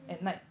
mm